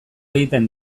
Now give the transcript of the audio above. egiten